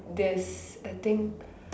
there's I think